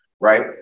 right